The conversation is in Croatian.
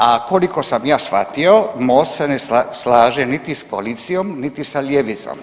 A koliko sam ja shvatio, Most se ne slaže niti sa koalicijom niti sa ljevicom.